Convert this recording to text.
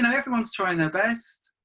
and everyone's trying their best.